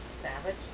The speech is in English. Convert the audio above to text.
Savage